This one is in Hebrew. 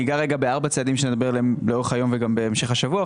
אני אגע בארבעה צעדים שנדבר עליהם לאורך היום וגם בהמשך השבוע.